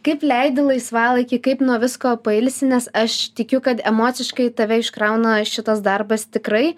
kaip leidi laisvalaikį kaip nuo visko pailsi nes aš tikiu kad emociškai tave iškrauna šitas darbas tikrai